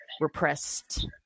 repressed